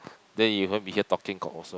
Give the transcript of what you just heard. then you won't be here talking cock also